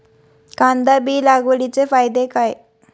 कांदा बी लागवडीचे फायदे काय?